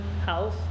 house